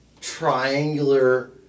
triangular